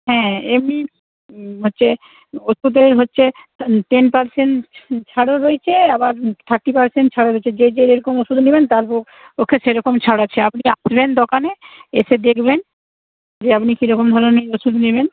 হ্যাঁ এমনি হচ্ছে ওষুধে হচ্ছে টেন পারসেন্ট ছাড়ও রয়েছে আবার থার্টি পারসেন্ট ছাড়ও রয়েছে যে যে যেরকম ওষুধ নিবেন তারপর সেরকম ছাড় আছে আপনি আসবেন দোকানে এসে দেখবেন যে আপনি কিরকম ধরণের ওষুধ নেবেন